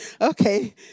Okay